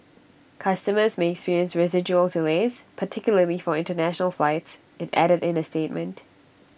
customers may experience residual delays particularly for International flights IT added in A statement